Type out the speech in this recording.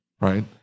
right